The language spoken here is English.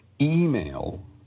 email